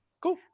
cool